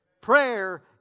Prayer